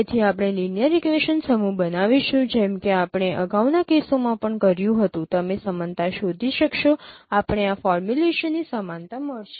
તેથી આપણે linear equation સમૂહ બનાવીશું જેમ કે આપણે અગાઉના કેસોમાં પણ કર્યું હતું તમે સમાનતા શોધી શકશો આપણે આ ફોર્મ્યુલેશનની સમાનતા મળશે